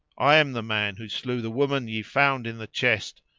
i am the man who slew the woman ye found in the chest,